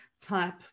type